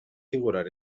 figurar